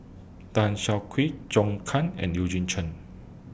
Tan Siak Kew Zhou Can and Eugene Chen